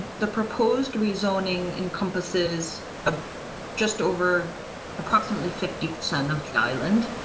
the proposed rezoning encompasses ah just over approximately fifty percent of the island.